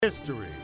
History